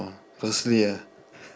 oh ah